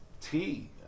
tea